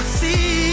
see